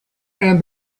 and